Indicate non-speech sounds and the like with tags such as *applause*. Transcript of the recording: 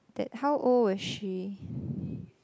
that how old was she *breath*